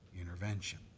intervention